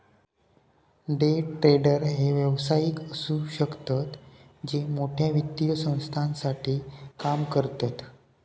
day trader हे व्यावसायिक असु शकतत जे मोठ्या वित्तीय संस्थांसाठी काम करतत